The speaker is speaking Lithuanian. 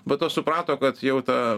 be to suprato kad jau ta